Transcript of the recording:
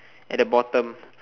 at the bottom